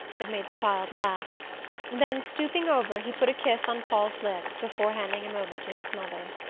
that made the child laugh then, stooping over, he put a kiss on paul's lips before handing him over to his mother.